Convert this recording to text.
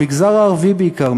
במגזר הערבי בעיקר,